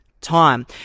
time